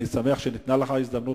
אני שמח שניתנה לך ההזדמנות,